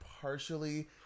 partially